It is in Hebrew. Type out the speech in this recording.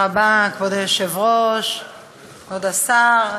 בקריאה ראשונה